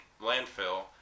landfill